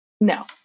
No